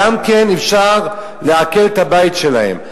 גם אפשר לעקל את הבית שלהם.